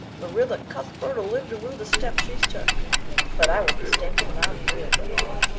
marilla cuthbert ll live to rue the step she's took but i was mistaken and i'm real glad of it.